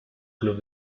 club